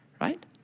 right